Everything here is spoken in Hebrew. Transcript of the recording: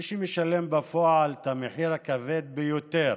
מי שמשלם בפועל את המחיר הכבד ביותר